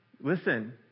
Listen